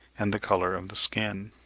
and the colour of the skin.